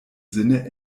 sinne